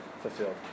fulfilled